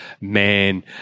man